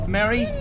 Mary